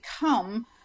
become